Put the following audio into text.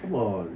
!wah!